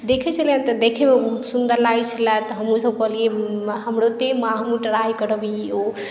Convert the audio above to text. देखै छलियनि तऽ देखयमे बहुत सुन्दर लागैत छलय तऽ हमहूँसभ कहलियै हमरो दे माँ हमहूँ ट्राई करब ई ओ